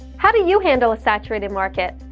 how do you handle a saturated market?